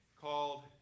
called